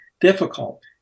difficult